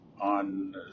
on